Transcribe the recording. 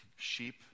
Sheep